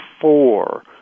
four